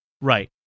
Right